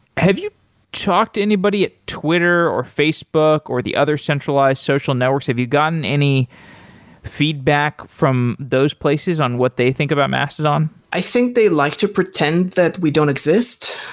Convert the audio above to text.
have you talked to anybody at twitter or facebook or the other centralized social networks? have you gotten any feedback from those places on what they think about mastodon? i think they like to pretend that we don't exist.